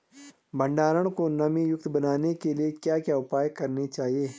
भंडारण को नमी युक्त बनाने के लिए क्या क्या उपाय करने चाहिए?